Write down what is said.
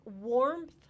warmth